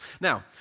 Now